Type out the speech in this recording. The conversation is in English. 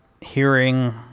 hearing